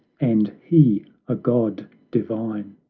and he a god divine